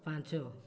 ପାଞ୍ଚ